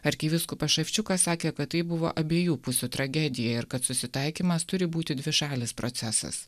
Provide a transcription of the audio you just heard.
arkivyskupas ševčiukas sakė kad tai buvo abiejų pusių tragedija ir kad susitaikymas turi būti dvišalis procesas